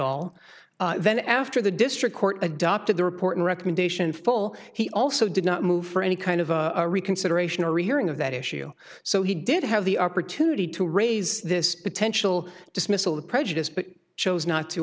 all then after the district court adopted the report recommendation full he also did not move for any kind of a reconsideration a rehearing of that issue so he did have the opportunity to raise this potential dismissal of prejudice but chose not to